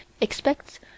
expects